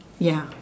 ya